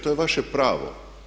To je vaše pravo.